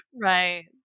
Right